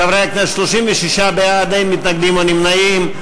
חברי הכנסת, 36 בעד, אין מתנגדים ואין נמנעים.